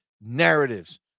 narratives